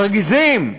מרגיזים,